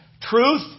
Truth